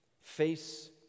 face